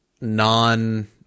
non